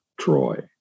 Troy